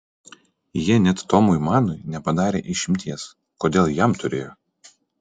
jie net tomui manui nepadarė išimties kodėl jam turėjo